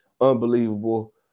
unbelievable